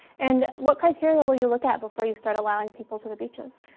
and what criteria will you look at before you start allowing people to the beaches?